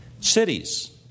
cities